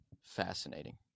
Fascinating